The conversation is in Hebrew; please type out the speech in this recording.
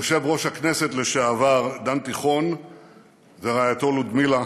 יושב-ראש הכנסת לשעבר דן תיכון ורעייתו לודמילה,